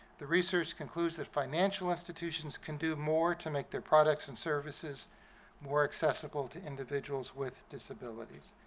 the research concludes that financial institutions can do more to make their products and services more accessible to individuals with disabilities.